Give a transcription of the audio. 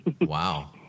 Wow